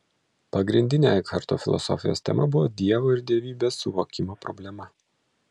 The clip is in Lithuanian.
pagrindinė ekharto filosofijos tema buvo dievo ir dievybės suvokimo problema